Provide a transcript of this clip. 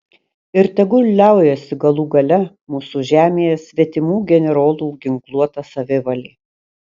ir tegul liaujasi galų gale mūsų žemėje svetimų generolų ginkluota savivalė